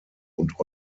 und